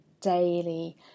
daily